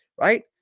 right